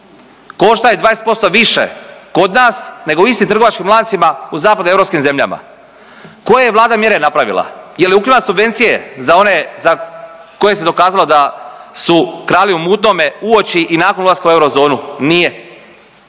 koštaju 20% više kod nas nego u istim trgovačkim lancima u zapadnoeuropskim zemljama? Koje je Vlada mjere napravila, je li ukinula subvencije za one za koje se dokazalo da su krali u mutnome uoči i nakon ulaska u Eurozonu? Nije.